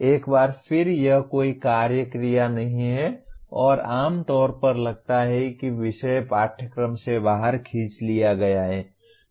एक बार फिर यह कोई कार्य क्रिया नहीं है और आम तौर पर लगता है कि विषय पाठ्यक्रम से बाहर खींच लिया गया है